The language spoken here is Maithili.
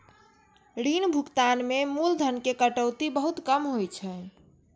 ऋण भुगतान मे मूलधन के कटौती बहुत कम होइ छै